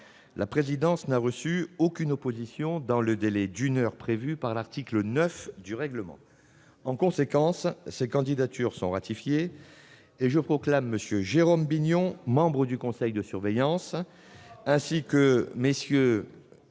La présidence n'a reçu aucune opposition dans le délai d'une heure prévu par l'article 9 du règlement. En conséquence, ces candidatures sont ratifiées, et je proclame M. Jérôme Bignon membre du conseil de surveillance, et M. Jacques